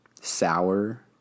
sour